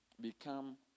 become